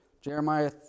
Jeremiah